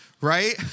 right